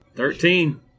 Thirteen